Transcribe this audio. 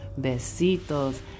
besitos